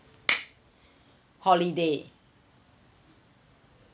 holiday